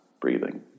breathing